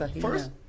first